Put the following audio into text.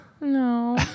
No